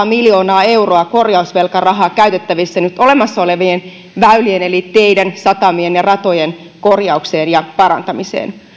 miljoonaa euroa korjausvelkarahaa käytettävissä nyt olemassa olevien väylien eli teiden satamien ja ratojen korjaukseen ja parantamiseen